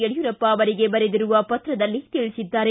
ಯಡಿಯೂರಪ್ಪ ಅವರಿಗೆ ಬರೆದಿರುವ ಪತ್ರದಲ್ಲಿ ತಿಳಿಸಿದ್ದಾರೆ